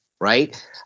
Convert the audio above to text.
right